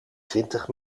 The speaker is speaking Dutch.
twintig